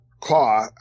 Claw